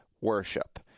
worship